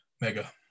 Mega